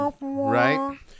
Right